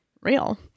Real